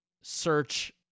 search